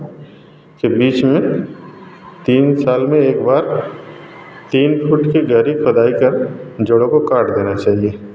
से बीच में तीन साल में एक बार तीन फुट की गहरी खुदाई कर जड़ों को काट देना चाहिए